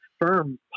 firm